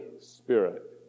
spirit